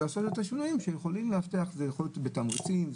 לעשות את השינויים שיכולים להבטיח יכול להיות בתמריצים,